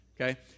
Okay